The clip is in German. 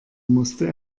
musste